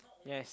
yes